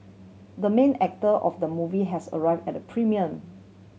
the main actor of the movie has arrived at the premiere